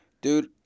Dude